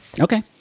Okay